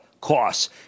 costs